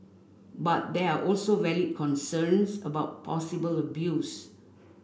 but there are also valid concerns about possible abuse